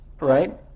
right